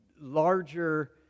larger